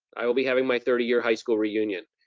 i will be having my thirty year high school reunion.